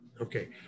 okay